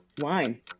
Wine